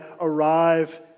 arrive